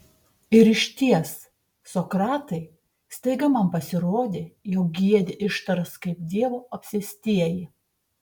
ir išties sokratai staiga man pasirodė jog giedi ištaras kaip dievo apsėstieji